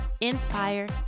inspire